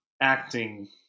acting